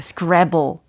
Scrabble